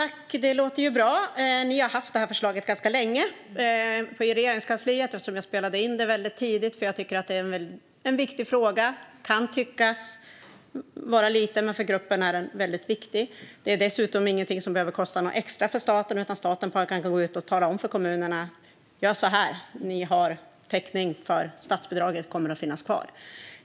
Fru talman! Det låter ju bra. Ni har haft det här förslaget ganska länge på Regeringskansliet eftersom jag spelade in det väldigt tidigt, för jag tycker att det är en viktig fråga. Den kan tyckas vara liten, men för gruppen är den väldigt viktig. Det är dessutom inget som behöver kosta något extra för staten, utan staten kan bara gå ut och tala om för kommunerna: Gör så här! Ni har täckning, för statsbidraget kommer att finnas kvar.